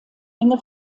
enge